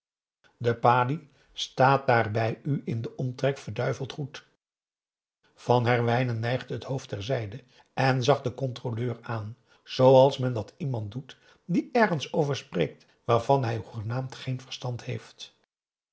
de padi staat daar bij u in den omtrek verduiveld goed van herwijnen neigde het hoofd terzijde en zag den controleur aan zooals men dat iemand doet die ergens over spreekt waarvan hij hoegenaamd geen verstand heeft